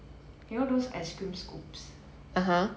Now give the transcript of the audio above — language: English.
you know those ice cream scoops